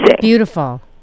Beautiful